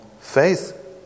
faith